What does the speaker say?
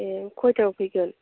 ए खयथायाव फैगोन